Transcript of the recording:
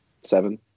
seven